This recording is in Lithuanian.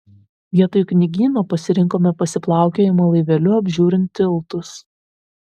vietoj knygyno pasirinkome pasiplaukiojimą laiveliu apžiūrint tiltus